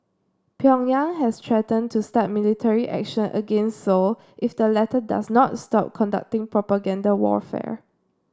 Pyongyang has threatened to start military action against Seoul if the latter does not stop conducting propaganda warfare